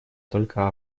только